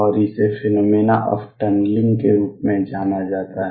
और इसे phenomena of tunnelling के रूप में जाना जाता है